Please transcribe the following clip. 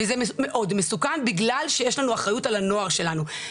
וזה מאוד מסוכן בגלל שיש לנו אחריות על הנוער שלנו.